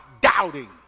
doubting